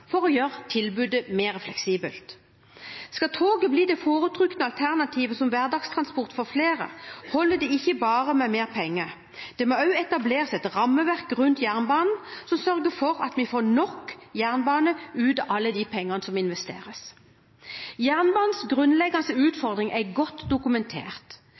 for å gjøre tilbudet mer fleksibelt. Skal toget bli det foretrukne alternativet som hverdagstransport for flere, holder det ikke bare med mer penger. Det må også etableres et rammeverk rundt jernbanen som sørger for at vi får nok jernbane ut av alle de pengene som investeres. Jernbanens grunnleggende utfordring er godt dokumentert.